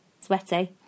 Sweaty